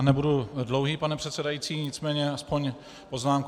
Nebudu dlouhý, pane předsedající, nicméně aspoň poznámku.